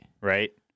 Right